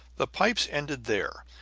the pipes ended there.